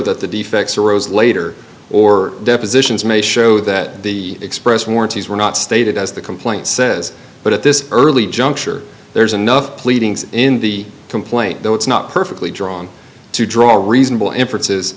that the defects arose later or depositions may show that the express warranties were not stated as the complaint says but at this early juncture there's enough pleadings in the complaint that it's not perfectly drawn to draw a reasonable inference is